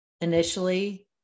initially